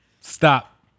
Stop